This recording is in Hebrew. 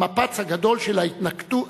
המפץ הגדול של ההתנתקות,